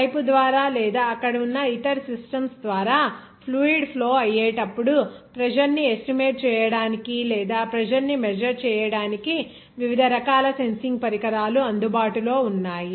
pipe ద్వారా లేదా అక్కడ ఉన్న ఇతర సిస్టమ్స్ ద్వారా ఫ్లూయిడ్ ఫ్లో అయ్యేటప్పుడు ప్రెజర్ ని ఎస్టిమేట్ చేయడానికి లేదా ప్రెజర్ ని మెజర్ చేయడానికి వివిధ రకాల ప్రెజర్ సెన్సింగ్ పరికరాలు అందుబాటులో ఉన్నాయి